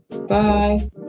Bye